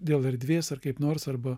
dėl erdvės ar kaip nors arba